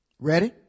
Ready